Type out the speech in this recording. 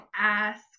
ask